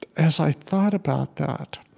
as i thought about that,